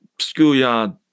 schoolyard